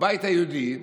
הבית היהודי,